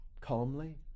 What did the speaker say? calmly